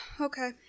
okay